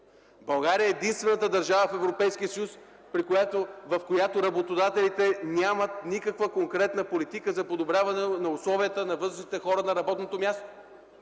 България е единствената държава в Европейския съюз, в която работодателите нямат никаква конкретна политика за подобряване условията на възрастните хора на работното място